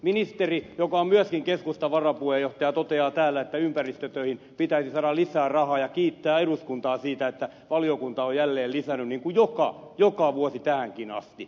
ministeri joka on myöskin keskustan varapuheenjohtaja toteaa täällä että ympäristötöihin pitäisi saada lisää rahaa ja kiittää eduskuntaa siitä että valiokunta on jälleen lisännyt niin kuin joka vuosi tähänkin asti